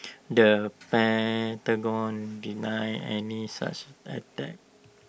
the Pentagon denied any such attack